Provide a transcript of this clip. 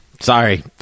Sorry